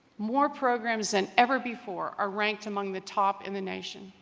more programs than ever before are ranked among the top in the nation